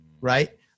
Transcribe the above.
right